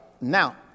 Now